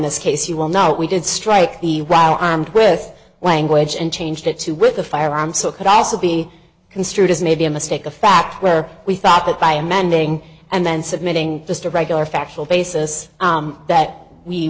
this case you will know we did strike the route armed with language and changed it to with a firearm so it could also be construed as maybe a mistake of fact where we thought that by amending and then submitting this to regular factual basis that we